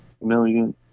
million